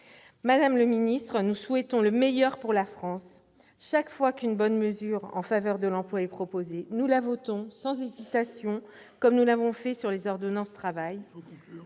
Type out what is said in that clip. Madame la ministre, nous souhaitons le meilleur pour la France. Chaque fois qu'une bonne mesure en faveur de l'emploi est proposée, nous la votons sans hésitation, comme nous l'avons fait avec les ordonnances Travail.